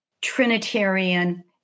Trinitarian